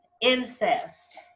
Incest